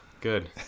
good